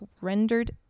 rendered